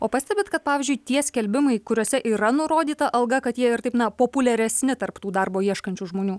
o pastebit kad pavyzdžiui tie skelbimai kuriuose yra nurodyta alga kad jie ir taip na populiaresni tarp tų darbo ieškančių žmonių